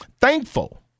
thankful